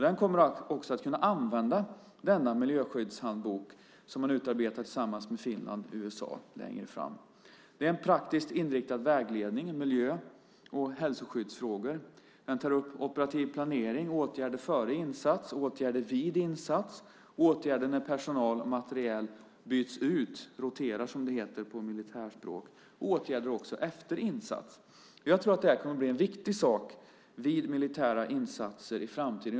Den kommer att kunna använda denna miljöskyddshandbok, som utarbetats tillsammans med Finland och USA, längre fram. Handboken är en praktiskt inriktad vägledning i miljö och skyddsfrågor. Den tar upp operativ planering och åtgärder före insats, åtgärder vid insats, åtgärder när personal och materiel byts - roterar, som det heter på militärspråk - och åtgärder även efter insats. Jag tror att den kommer att bli en viktig sak vid militära insatser i framtiden.